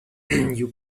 you